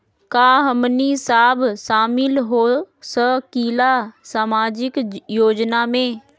का हमनी साब शामिल होसकीला सामाजिक योजना मे?